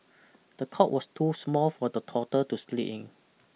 the cot was too small for the toddler to sleep in